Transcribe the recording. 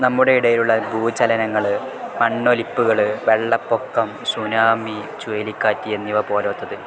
നമ്മുടെ ഇടയിലുള്ള ഭൂചലനങ്ങൾ മണ്ണൊലിപ്പുകൾ വെള്ളപ്പൊക്കം സുനാമി ചുലിക്കാറ്റ് എന്നിവ പോരാത്തത്